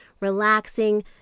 relaxing